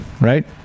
right